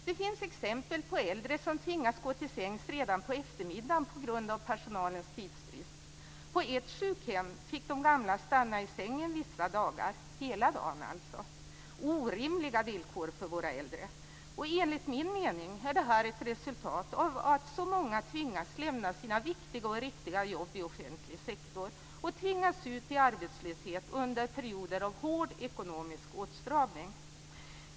Det finns exempel på äldre som tvingas gå till sängs redan på eftermiddagen på grund av personalens tidsbrist. På ett sjukhem fick de gamla stanna i sängen hela dagen vissa dagar. Det är orimliga villkor för våra äldre. Enligt min mening är detta ett resultat av att så många tvingas lämna sina viktiga och riktiga jobb i offentlig sektor och tvingas ut i arbetslöshet under perioder av hård ekonomisk åtstramning.